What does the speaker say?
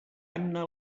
anna